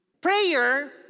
prayer